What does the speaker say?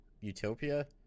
Utopia